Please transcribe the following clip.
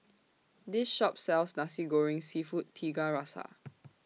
This Shop sells Nasi Goreng Seafood Tiga Rasa